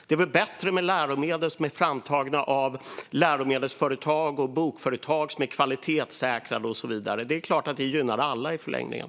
Det är väl bättre med läromedel som är framtagna av läromedelsföretag och bokföretag som är kvalitetssäkrade och så vidare. Det är klart att det gynnar alla i förlängningen.